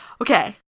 Okay